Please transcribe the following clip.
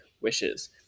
wishes